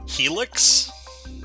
Helix